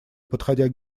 подходя